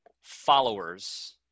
followers